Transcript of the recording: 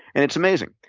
and it's amazing.